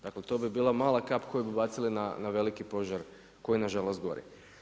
Dakle to bi bila mala kap koju bi bacili na veliki požar koji nažalost gori.